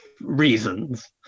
reasons